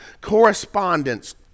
correspondence